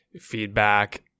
feedback